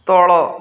ତଳ